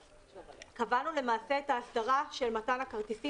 קבענו למעשה את האסדרה של מתן הכרטיסים